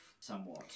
Somewhat